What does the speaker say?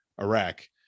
Iraq